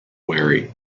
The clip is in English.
wary